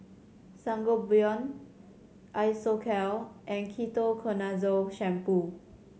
Sangobion Isocal and Ketoconazole Shampoo